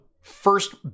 first